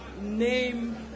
name